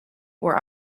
were